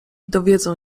dowiedzą